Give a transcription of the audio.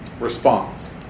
Response